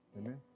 Amen